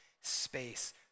space